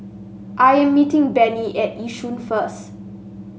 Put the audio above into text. I am meeting Benny at Yishun first